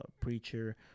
preacher